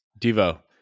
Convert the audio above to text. devo